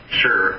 sure